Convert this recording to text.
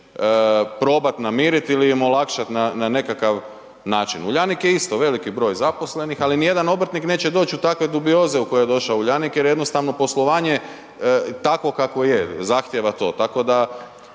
probat namirit ili im olakšat na nekakav način. Uljanik je isto veliki broj zaposlenih, ali ni jedan obrtnik neće doći u takve dubioze u koje došao Uljanik jer je jednostavno poslovanje takvo kakvo je, zahtjeva to.